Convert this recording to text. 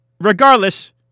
Regardless